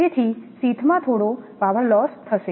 તેથી શીથ માં થોડો પાવર લોસ થશે